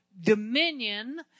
dominion